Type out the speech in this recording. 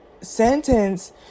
sentence